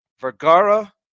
Vergara